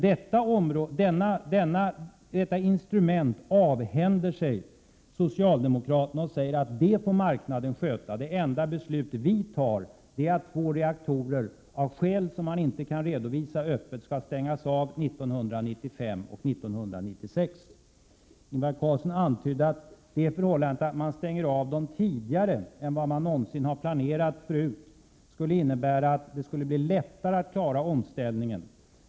Detta instrument avhänder sig socialdemokraterna och säger att det får marknaden sköta — det enda beslut vi tar är att två reaktorer, av skäl som man inte kan redovisa öppet, skall stängas av 1995 och 1996. Ingvar Carlsson antydde att det förhållandet att man stänger av dem tidigare än vad man någonsin har planerat skulle innebära att det blir lättare att klara omställningen.